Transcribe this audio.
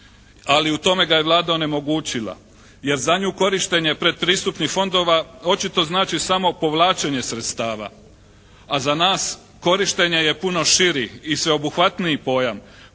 ali u tome ga je Vlada onemogućila jer za nju korištenje predpristupnih fondova očito znači samo povlačenje sredstava, a za nas korištenje je puno širi i sveobuhvatniji pojam